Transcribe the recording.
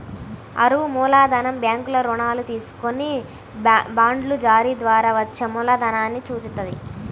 అరువు మూలధనం బ్యాంకుల్లో రుణాలు తీసుకొని బాండ్ల జారీ ద్వారా వచ్చే మూలధనాన్ని సూచిత్తది